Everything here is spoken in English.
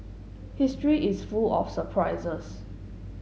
history is full of surprises